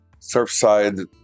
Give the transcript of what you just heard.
Surfside